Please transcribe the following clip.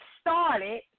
started